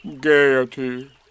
Gaiety